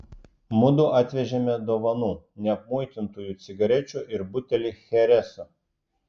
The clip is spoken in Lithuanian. mudu atvežėme dovanų neapmuitintųjų cigarečių ir butelį chereso